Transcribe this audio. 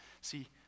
See